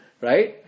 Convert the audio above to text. right